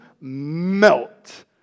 melt